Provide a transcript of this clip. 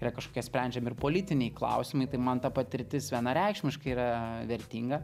yra kažkokie sprendžiami ir politiniai klausimai tai man ta patirtis vienareikšmiškai yra vertinga